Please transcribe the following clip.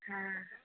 हँ